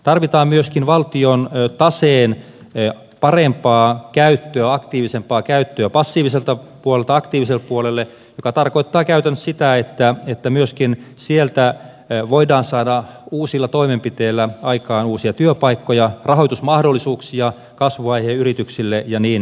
tarvitaan myöskin valtion taseen parempaa käyttöä aktiivisempaa käyttöä passiiviselta puolelta aktiiviselle puolelle joka tarkoittaa käytännössä sitä että myöskin sieltä voidaan saada uusilla toimenpiteillä aikaan uusia työpaikkoja rahoitusmahdollisuuksia kasvuvaiheen yrityksille ja niin edelleen